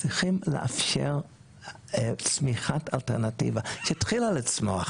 צריכים לאפשר צמיחת אלטרנטיבה, שהתחילה לצמוח,